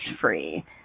free